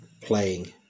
playing